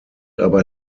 aber